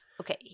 Okay